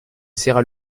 serra